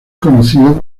conocido